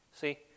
See